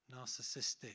narcissistic